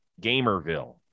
Gamerville